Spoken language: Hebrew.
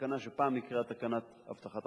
התקנה שפעם נקראה "תקנת הבטחת הכנסה",